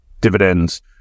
dividends